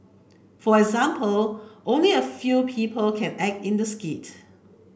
for example only a few people can act in the skit